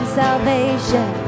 salvation